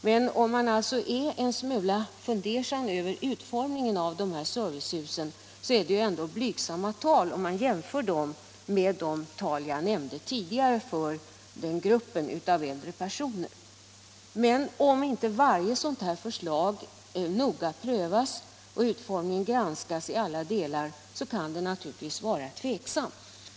Även om man alltså är en smula fundersam över utformningen av servicehusen måste man ändå säga att detta är blygsamma tal i jämförelse med de tal jag nämnde tidigare för gruppen av äldre personer. Men om inte varje sådant här förslag noga prövas och utformningen granskas i alla delar kan det hela naturligtvis vara tveksamt.